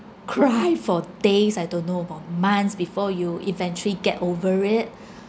cry for days I don't know about months before you eventually get over it